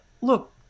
look